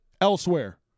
elsewhere